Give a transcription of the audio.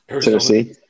Tennessee